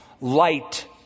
Light